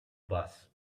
bus